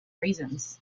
reasons